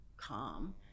Calm